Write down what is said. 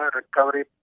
recovery